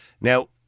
Now